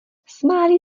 smáli